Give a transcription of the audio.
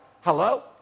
Hello